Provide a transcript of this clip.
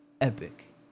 epic